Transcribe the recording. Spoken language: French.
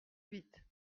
huit